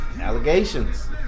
Allegations